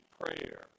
prayer